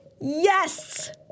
Yes